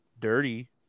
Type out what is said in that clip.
dirty